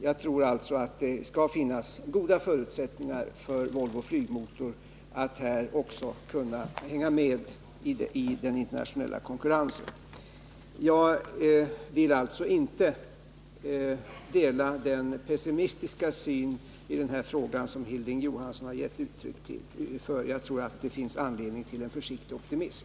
Jag tror alltså att det skall finnas goda förutsättningar för Volvo Flygmotor att också på detta område följa med i den internationella konkurrensen. Jag vill inte dela den pessimistiska syn i denna fråga som Hilding Johansson har givit uttryck för. Jag tror att det finns anledning till en försiktig optimism.